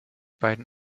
beiden